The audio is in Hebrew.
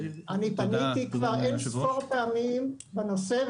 אני פניתי כבר אינספור פעמים בנושא.